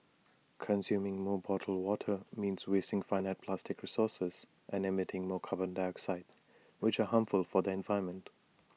consuming more bottled water means wasting finite plastic resources and emitting more carbon dioxide which are harmful for the environment